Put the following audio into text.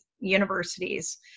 universities